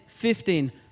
Fifteen